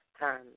time